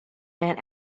man